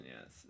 yes